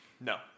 No